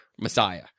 Messiah